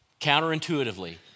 counterintuitively